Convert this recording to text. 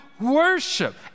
worship